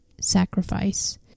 sacrifice